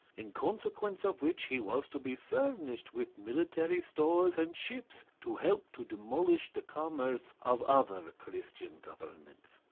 in consequence of which he was to be furnished with military stores and ships to help to demolish the commerce of other christian governments.